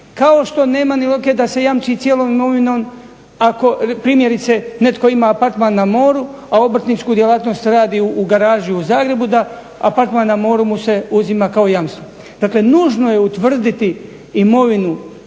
Kao što nema ni logike da se jamči cijelom imovinom ako primjerice netko ima apartman na moru, a obrtničku djelatnost radi u garaži u Zagrebu, da apartman na moru mu se uzima kao jamstvo. Dakle, nužno je utvrditi imovinu